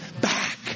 back